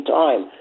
time